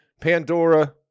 Pandora